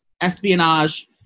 espionage